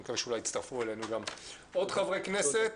אני מקווה שאולי יצטרפו אלינו גם עוד חברי כנסת,